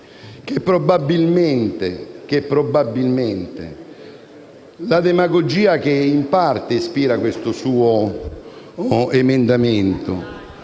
che, probabilmente la demagogia che in parte ispira questo suo emendamento